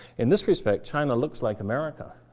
in this respect, china looks like america.